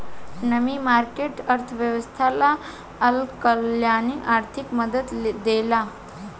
मनी market, अर्थव्यवस्था ला अल्पकालिक आर्थिक मदद देला